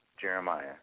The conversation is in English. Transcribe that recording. Jeremiah